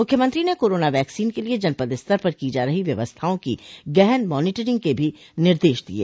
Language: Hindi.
मुख्यमंत्री ने कोरोना वैक्सीन के लिये जनपद स्तर पर की जा रही व्यवस्थाआं की गहन मानीटरिंग के भी निर्देश दिये